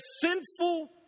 sinful